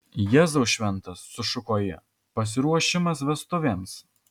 jėzau šventas sušuko ji pasiruošimas vestuvėms